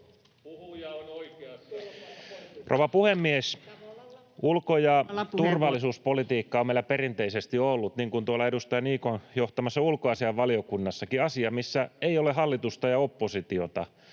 Rouva puhemies! Ulko- ja turvallisuuspolitiikka on meillä perinteisesti ollut — niin kuin tuolla edustaja Niikon johtamassa ulkoasiainvaliokunnassakin — asia, missä ei ole hallitusta ja oppositiota,